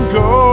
go